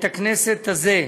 בית-הכנסת הזה,